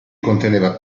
conteneva